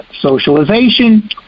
socialization